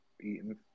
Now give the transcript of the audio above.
eaten